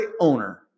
owner